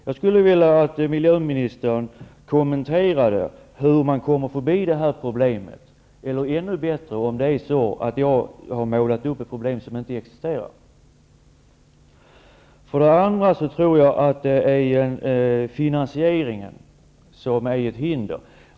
Jag skulle vilja att miljöministern kommenterade hur man skall komma förbi det problemet. Eller har jag målat upp ett problem som inte existerar? Det andra hindret är finansieringen.